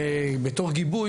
בתור גיבוי,